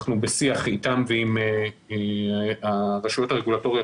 אנחנו בשיח איתם ועם הרשויות הרגולטוריות